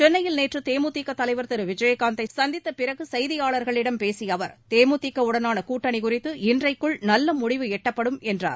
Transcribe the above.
சென்னையில் நேற்று நேதே முடிதியிக்கு தலைவர் திரு விஜயகாந்த் ஐ சந்தித்தப்பிறகு செய்தியாளர்களிடம் பேசிய அவர் தேமுதிக உடனான கூட்டணி குறித்து இன்றைக்குள் நல்ல முடிவு எட்டப்படும் என்றார்